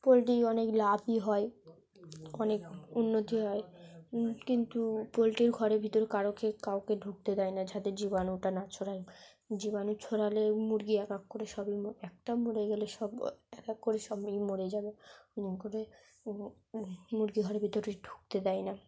poultry অনেক লাভই হয় অনেক উন্নতি হয় কিন্তু পোলট্রির ঘরের ভিতর কারোকে কাউকে ঢুকতে দেয় না যাতে জীবাণুটা না ছড়ায় জীবাণু ছড়ালে মুরগি এক এক করে সবই একটা মরে গেলে সব এক এক করে সব মুরগি মরে যাবে ওরকম করে মুরগির ঘরের ভিতরে ঢুকতে দেয় না